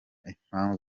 impamvu